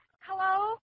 Hello